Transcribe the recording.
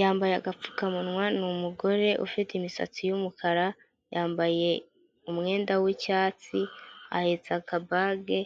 Yambaye agapfukamunwa n'umugore ufite imisatsi y'umukara yambaye umwenda w'icyatsi ahetsa akabage